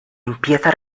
empieza